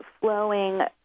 flowing